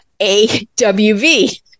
AWV